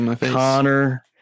Connor